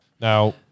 now